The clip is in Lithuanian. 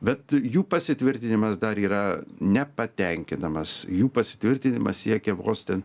bet jų pasitvirtinimas dar yra nepatenkinamas jų pasitvirtinimas siekia vos ten